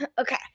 Okay